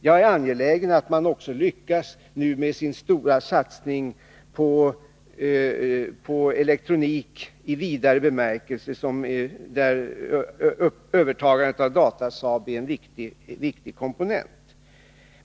Jag är angelägen om att företaget också lyckas med sin stora satsning på elektronik i vidare bemärkelse, där övertagandet av Datasaab är en viktig komponent.